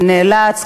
ונאלץ,